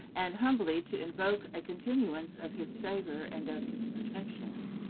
and humbly to invoke a continuance of his favor and of his protection.